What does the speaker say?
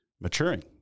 maturing